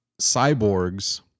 cyborgs